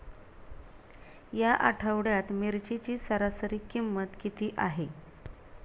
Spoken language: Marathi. या आठवड्यात मिरचीची सरासरी किंमत किती आहे?